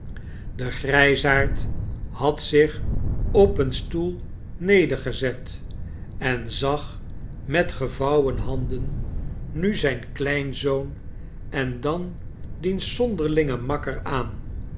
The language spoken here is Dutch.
de grijsaard had zich op een stoel nedergezet en zag met gevouwen handen nu zijn kleinzoon en dan diens zonderlingen makker aan